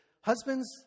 Husbands